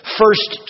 first